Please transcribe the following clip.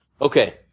Okay